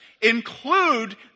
include